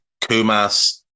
Kumas